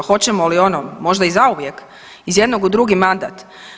Hoćemo li ono možda i zauvijek iz jednog u drugi mandat.